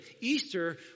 Easter